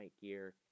gear